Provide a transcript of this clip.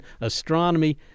astronomy